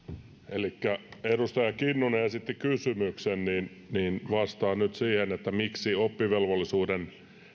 elikkä kun edustaja kinnunen esitti kysymyksen niin vastaan nyt siihen miksi oppivelvollisuuden